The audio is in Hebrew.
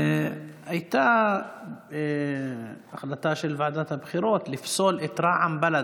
הייתה החלטה של ועדת הבחירות לפסול את רע"מ-בל"ד,